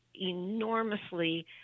enormously